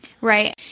Right